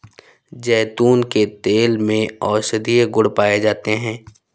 जैतून के तेल में औषधीय गुण पाए जाते हैं